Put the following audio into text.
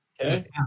Okay